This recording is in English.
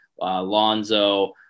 Lonzo